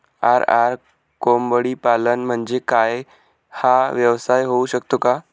RR कोंबडीपालन म्हणजे काय? हा व्यवसाय होऊ शकतो का?